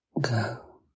go